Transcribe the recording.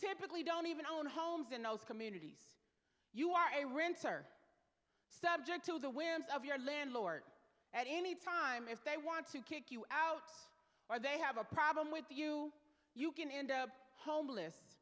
typically don't even own homes in those communities you are a renter subject to the whims of your landlord at any time if they want to kick you out or they have a problem with you you can end up homeless